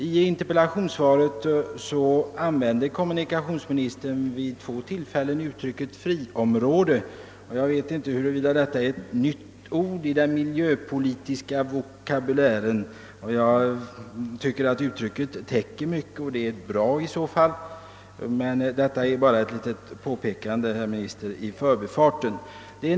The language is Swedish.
I interpellationssvaret använder kommunikationsministern nu vid två tillfällen uttrycket »friområde». Jag vet inte huruvida detta är ett nytt ord i den miljöpolitiska vokabulären, men jag tycker att det är ett bra uttryck som täcker mycket. Det var bara ett litet påpekande i förbigående.